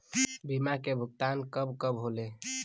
बीमा के भुगतान कब कब होले?